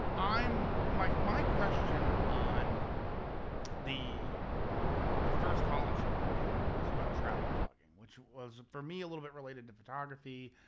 i'm, my my question on the the first call in show that we had was about travel blogging, which was for me, a little bit related to photography,